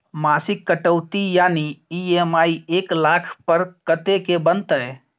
मासिक कटौती यानी ई.एम.आई एक लाख पर कत्ते के बनते?